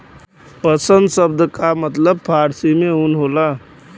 पसम सब्द का मतलब फारसी में ऊन होला